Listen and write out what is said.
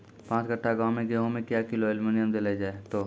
पाँच कट्ठा गांव मे गेहूँ मे क्या किलो एल्मुनियम देले जाय तो?